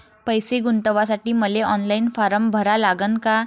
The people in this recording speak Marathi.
पैसे गुंतवासाठी मले ऑनलाईन फारम भरा लागन का?